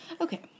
Okay